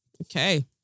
okay